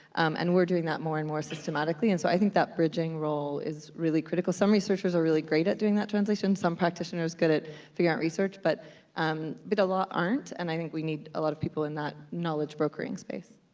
and we're doing that more and more systematically, and so i think that bridging role is really critical. some researchers are really great at doing that translation. some practitioners good at figuring out research, but um but a lot aren't, and i think we need a lot of people in that knowledge brokering space.